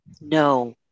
No